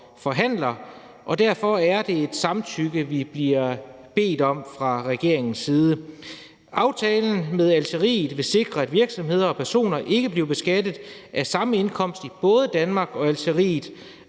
forhandler, og derfor er det et samtykke til det, vi bliver bedt om fra regeringens side. Aftalen med Algeriet vil sikre, at virksomheder og personer ikke bliver beskattet af samme indkomst i både Danmark og Algeriet.